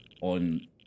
on